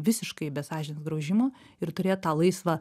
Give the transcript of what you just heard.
visiškai be sąžinės graužimo ir turėt tą laisvą